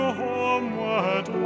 homeward